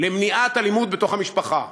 למניעת אלימות בתוך המשפחה,